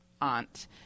aunt